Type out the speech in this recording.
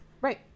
Right